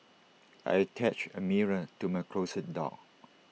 I attached A mirror to my closet door